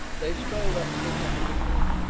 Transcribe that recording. they strolled up the top of the hill,